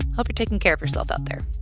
hope you're taking care of yourself out there